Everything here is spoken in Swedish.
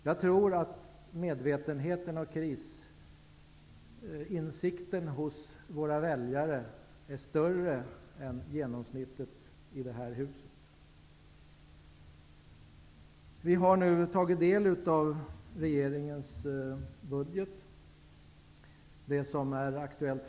Jag tror att medvetenheten och krisinsikten hos våra väljare är större än hos genomsnittet i det här huset. Vi har nu tagit del av regeringens budgetförslag.